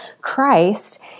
Christ